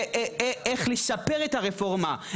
אני מאמין בעם ישראל שנבחר בבחירות דמוקרטיות,